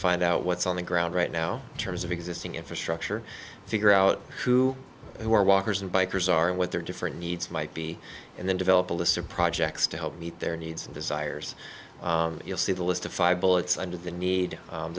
find out what's on the ground right now in terms of existing infrastructure figure out who who are walkers and bikers are and what their different needs might be and then develop a list of projects to help meet their needs and desires you'll see the list of five bullets under the need